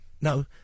No